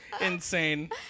insane